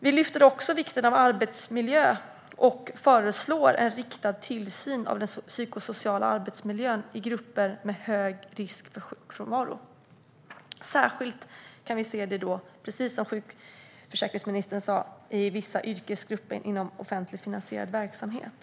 Vi lyfter också fram vikten av arbetsmiljön och föreslår riktad tillsyn av den psykosociala arbetsmiljön i grupper med hög risk för sjukfrånvaro. Precis som socialförsäkringsministern sa kan vi se det särskilt i vissa yrkesgrupper inom offentligt finansierad verksamhet.